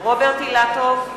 רוברט אילטוב,